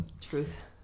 Truth